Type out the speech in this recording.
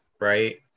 right